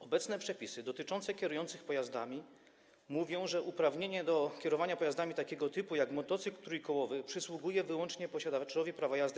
Obecne przepisy dotyczące kierujących pojazdami mówią, że uprawnienie do kierowania pojazdami takiego typu jak motocykl trójkołowy przysługuje wyłącznie posiadaczowi prawa jazdy